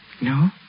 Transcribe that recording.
No